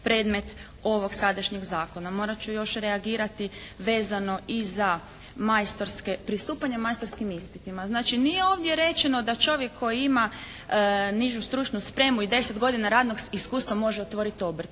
predmet ovog sadašnjeg Zakona. Morat ću još reagirati vezano i za majstorske, pristupanje majstorskim ispitima. Znači nije ovdje rečeno da čovjek koji ima nižu stručnu spremu i 10 godina radnog iskustva može otvoriti obrt.